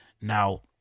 Now